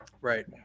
Right